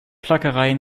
plackerei